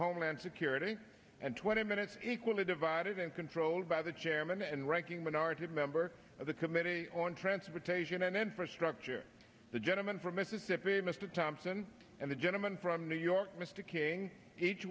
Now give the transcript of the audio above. homeland security and twenty minutes equally divided and controlled by the chairman and ranking minority member of the committee on transportation and infrastructure the gentleman from mississippi mr thompson and the gentleman from new york mr king each